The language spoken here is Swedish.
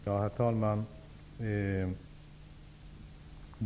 Herr talman!